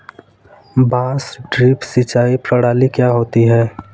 बांस ड्रिप सिंचाई प्रणाली क्या होती है?